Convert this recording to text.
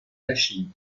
lachine